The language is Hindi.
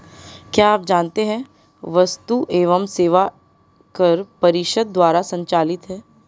क्या आप जानते है वस्तु एवं सेवा कर परिषद द्वारा संचालित है?